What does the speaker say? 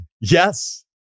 Yes